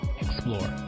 explore